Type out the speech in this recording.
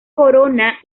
corona